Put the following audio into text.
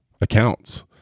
accounts